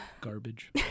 Garbage